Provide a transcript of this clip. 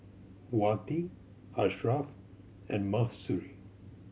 Wati Ashraf and Mahsuri